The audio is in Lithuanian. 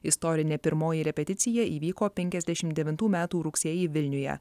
istorinė pirmoji repeticija įvyko penkiasdešim devintų metų rugsėjį vilniuje